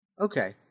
okay